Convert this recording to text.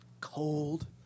Cold